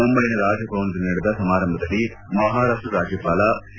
ಮುಂಬೈನ ರಾಜಭವನದಲ್ಲಿ ನಡೆದ ಸಮಾರಂಭದಲ್ಲಿ ಮಹಾರಾಷ್ಷ ರಾಜ್ಯಪಾಲ ಸಿ